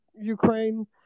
Ukraine